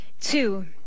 two